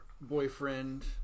boyfriend